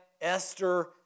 Esther